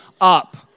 up